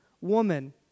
Woman